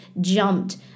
jumped